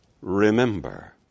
Remember